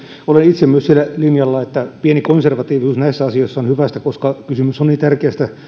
myös sillä linjalla että pieni konservatiivisuus näissä asioissa on hyvästä koska kysymys on niin tärkeästä